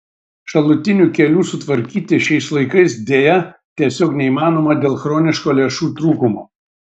šalutinių kelių sutvarkyti šiais laikais deja tiesiog neįmanoma dėl chroniško lėšų trūkumo